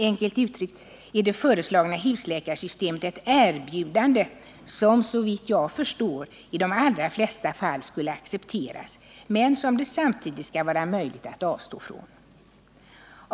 Enkelt uttryckt är det föreslagna husläkarsystemet ett erbjudande, som såvitt jag kan förstå i de allra flesta fall skulle accepteras, men som det samtidigt skall vara möjligt att avstå från.